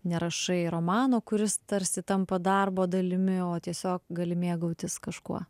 nerašai romano kuris tarsi tampa darbo dalimi o tiesiog gali mėgautis kažkuo